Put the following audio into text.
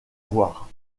voir